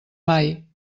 mai